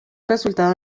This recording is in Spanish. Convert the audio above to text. resultado